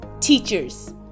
teachers